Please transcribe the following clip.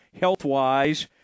health-wise